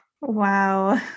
wow